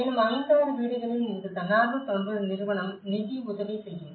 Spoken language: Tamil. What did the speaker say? மேலும் 5 6 வீடுகள் இந்த தன்னார்வ தொண்டு நிறுவனம் நிதியுதவி செய்யும்